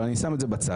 אבל אני שם את זה בצד.